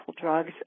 drugs